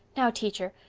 now, teacher,